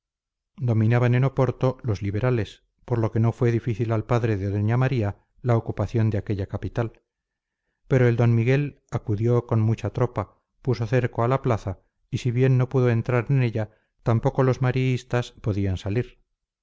dominaban en oporto los liberales por lo que no le fue difícil al padre de doña maría la ocupación de aquella capital pero el d miguel acudió con mucha tropa puso cerco a la plaza y si bien no pudo entrar en ella tampoco los mariistas podían salir